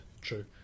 true